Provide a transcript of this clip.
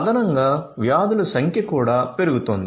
అదనంగా వ్యాధుల సంఖ్య కూడా పెరుగుతోంది